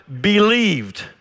believed